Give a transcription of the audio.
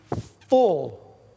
full